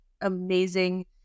amazing